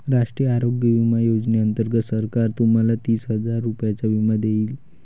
राष्ट्रीय आरोग्य विमा योजनेअंतर्गत सरकार तुम्हाला तीस हजार रुपयांचा विमा देईल